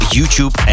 YouTube